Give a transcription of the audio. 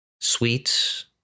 sweets